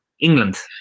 England